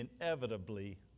inevitably